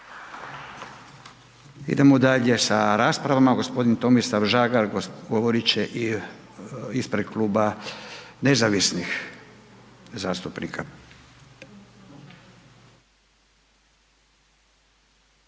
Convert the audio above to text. Idemo dalje sa raspravom a gospodin Tomislav Žagar govoriti će ispred kluba Nezavisnih zastupnika.